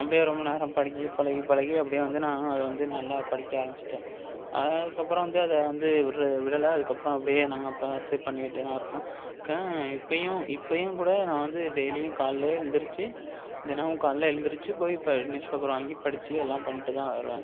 அப்படியே ரொம்ப நேரம் படிச்சு பழகி பழகி அப்படியே வந்து நானும் அதை வந்து நல்லா படிக்க ஆரமிச்சுட்டேன் அதுக்கப்புறம் வந்து அதை வந்து விட்டுற விடலை அதுக்கப்புறம் அப்படியே நாங்கள் பார்த்து பண்ணிக்கிட்டு தான் இருக்கோம் க இப்போயும் இப்போயும் கூட நான் வந்து டெய்லியும் காலைலே எழுந்திரிச்சி தினமும் காலைல எழுந்திரிச்சி போய் இப்போ நியூஸ் பேப்பர் வாங்கி படிச்சு எல்லாம் பண்ணிட்டு தான் வருவேன்